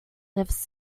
lives